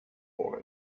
for